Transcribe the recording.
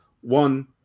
One